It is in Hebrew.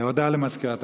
הודעה למזכירת הכנסת.